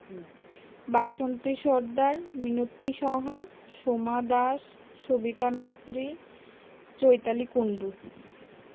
Basanti Sardar Minati Saha Soma Das Sabita Mistry Chaitali Kundu